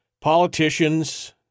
politicians